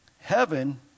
heaven